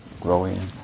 growing